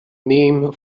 name